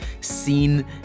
seen